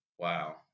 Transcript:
Wow